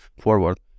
forward